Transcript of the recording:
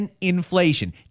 inflation